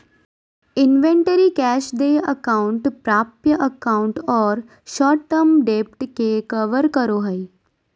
inventory cash देय account प्राप्य account और शॉर्ट टर्म डेब्ट के कवर करो हइ